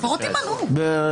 מי נמנע?